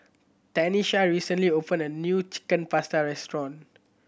Tanisha recently opened a new Chicken Pasta restaurant